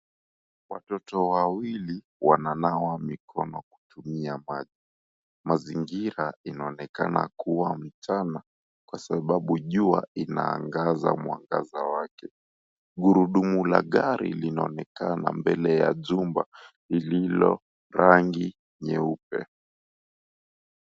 Watoto wawili wananawa mikono kutumia maji. Mazingira inaonekana kuwa mchana kwa sababu jua inaangaza mwangaza wake. Gurudumu la gari linaonekana mbele ya jumba lililo rangi nyeupe.